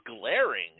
glaring